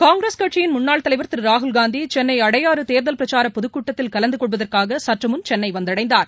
காங்கிரஸ் கட்சியின் முன்னாள் தலைவர் திருராகுல் காந்திசென்னைஅடையாறுதேர்தல் பிரச்சாரப் பொதுக்கூட்டத்தில் கலந்துகொள்வதற்காகசற்றுமுன் சென்னைவந்தடைந்தார்